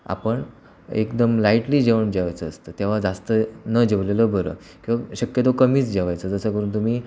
आपण एकदम लाईटली जेवण जेवायचं असतं तेव्हा जास्त न जेवलेलं बरं किंवा शक्यतो कमीच जेवायचं जसं करून तुम्ही